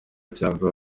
cyangwa